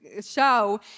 show